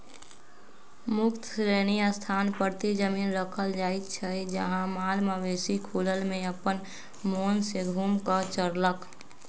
मुक्त श्रेणी स्थान परती जमिन रखल जाइ छइ जहा माल मवेशि खुलल में अप्पन मोन से घुम कऽ चरलक